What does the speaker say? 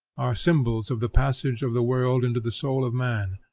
are symbols of the passage of the world into the soul of man,